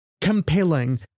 Compelling